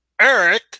Eric